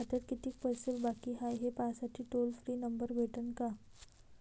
खात्यात कितीकं पैसे बाकी हाय, हे पाहासाठी टोल फ्री नंबर भेटन का?